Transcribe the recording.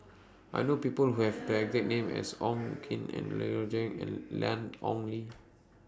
I know People Who Have The exact name as Wong Keen and and Ian Ong Li